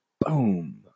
boom